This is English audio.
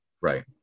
Right